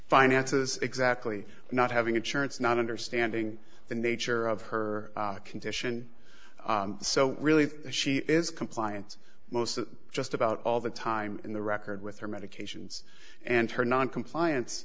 finances exactly not having insurance not understanding the nature of her condition so really she is compliance most of just about all the time in the record with her medications and her noncompliance